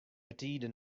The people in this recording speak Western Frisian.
betide